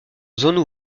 zones